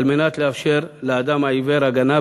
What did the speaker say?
על מנת לאפשר לאדם העיוור הגנה,